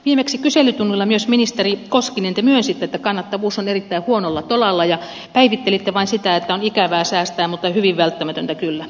viimeksi kyselytunnilla myös ministeri koskinen te myönsitte että kannattavuus on erittäin huonolla tolalla ja päivittelitte vain sitä että on ikävää säästää mutta hyvin välttämätöntä kyllä